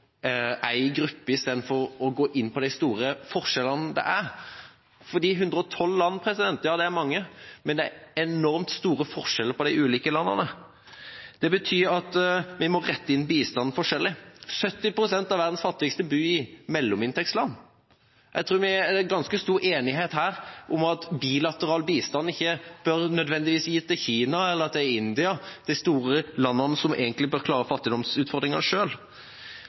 er mange, men det er enormt store forskjeller på de ulike landene. Det betyr at vi må rette inn bistanden forskjellig. 70 pst. av verdens fattigste bor i mellominntektsland. Jeg tror det er ganske stor enighet her om at bilateral bistand ikke nødvendigvis bør gis til Kina eller India – de store landene som egentlig bør klare